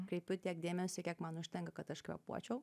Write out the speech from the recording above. kreipiu tiek dėmesio kiek man užtenka kad aš kvėpuočiau